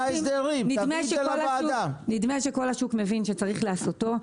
נדמה שכל השוק מבין שצריך לעשות אותו.